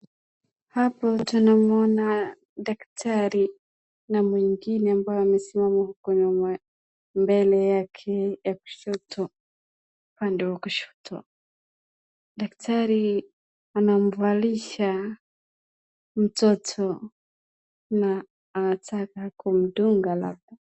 Hapo tunamuona daktari na mwingine amesimama huko nyuma mbele yake wakushoto, upande wa kushoto. Daktari anamvalisha mtoto na anataka kumdunga labda.